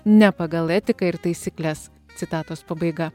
ne pagal etiką ir taisykles citatos pabaiga